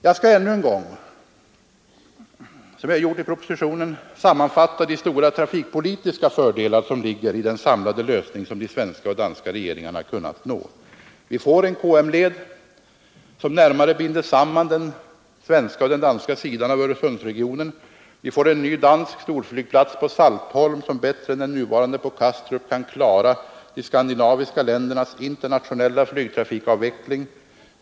Jag skall ännu en gång — som jag gjort i propositionen — sammanfatta de stora trafikpolitiska fördelar som ligger i den samlade lösning som de svenska och danska regeringarna kunnat nå. Vi får en KM-led som närmare binder samman den svenska och den danska sidan av Öresundsregionen. Vi får en ny dansk storflygplats på Saltholm som bättre än den nuvarande på Kastrup kan klara de skandinaviska ländernas internationella flygtrafiksavveckling.